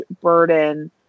burden